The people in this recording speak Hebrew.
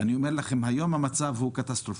אני אומר לכם, היום המצב קטסטרופלי.